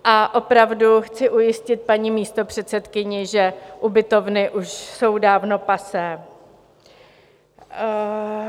A opravdu chci ujistit paní místopředsedkyni, že ubytovny už jsou dávno passé.